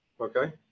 Okay